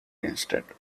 instead